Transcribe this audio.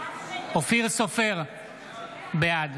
בעד